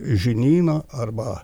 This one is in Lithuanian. žinyną arba